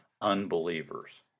unbelievers